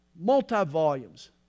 multi-volumes